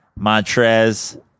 Montrez